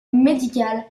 médical